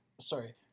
Sorry